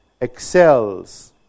excels